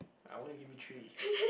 I only give it three